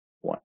one